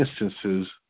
instances